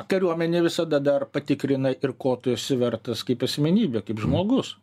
kariuomenė visada dar patikrina ir ko tu esi vertas kaip asmenybė kaip žmogus